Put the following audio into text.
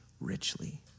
richly